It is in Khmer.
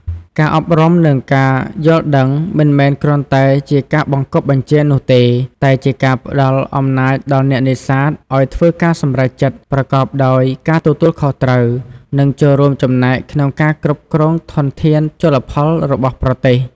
ការអប់រំ និងការយល់ដឹងមិនមែនគ្រាន់តែជាការបង្គាប់បញ្ជានោះទេ តែជាការផ្តល់អំណាចដល់អ្នកនេសាទឲ្យធ្វើការសម្រេចចិត្តប្រកបដោយការទទួលខុសត្រូវ និងចូលរួមចំណែកក្នុងការគ្រប់គ្រងធនធានជលផលរបស់ប្រទេស។